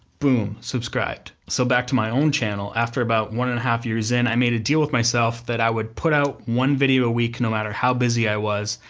boom, subscribed. so back to my own channel, after about one and a half years in, i made a deal with myself, that i would put out one video a week, no matter how busy i was,